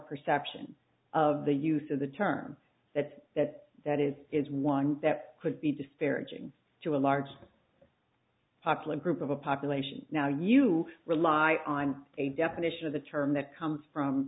perception of the use of the term that that that is is one that could be disparaging to a large popular group of a population now you rely on a definition of the term that comes from